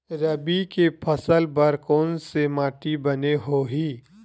रबी के फसल बर कोन से माटी बने होही?